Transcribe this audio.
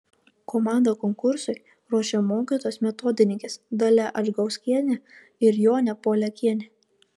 komandą konkursui ruošė mokytojos metodininkės dalia adžgauskienė ir jonė poliakienė